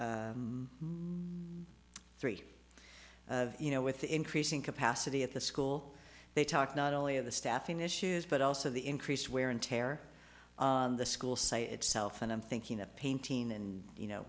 the three of you know with the increasing capacity at the school they talk not only of the staffing issues but also the increased wear and tear on the school site itself and i'm thinking of painting and you know